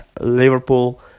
Liverpool